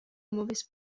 mauvaise